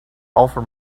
offer